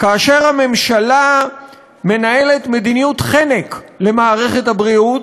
כאשר הממשלה מנהלת מדיניות חנק למערכת הבריאות,